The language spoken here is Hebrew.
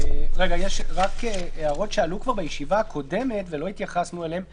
יש הערות שעלו כבר בישיבה הקודמת ולא התייחסנו אליהן.